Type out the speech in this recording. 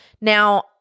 Now